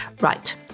Right